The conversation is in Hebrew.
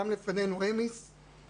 לפנינו קם אמיס (Emis),